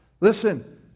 Listen